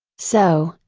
so,